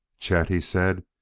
chet, he said,